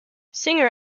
singer